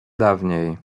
dawniej